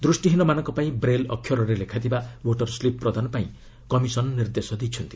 ଦୃଷ୍ଟିହୀନମାନଙ୍କ ପାଇଁ ବ୍ରେଲ୍ ଅକ୍ଷରରେ ଲେଖାଥିବା ଭୋଟର ସ୍କିପ୍ ପ୍ରଦାନ ପାଇଁ କମିଶନ ନିର୍ଦ୍ଦେଶ ଦେଇଛନ୍ତି